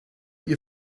you